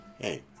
Hey